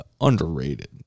Underrated